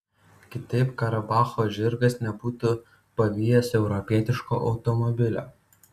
kitaip karabacho žirgas nebūtų pavijęs europietiško automobilio